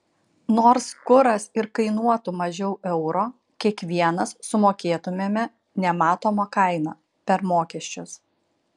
nors kuras ir kainuotų mažiau euro kiekvienas sumokėtumėme nematomą kainą per mokesčius